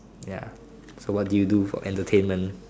ya so what do you do for entertainment